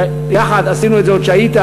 שיחד עשינו את זה עוד כשהיית